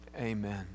amen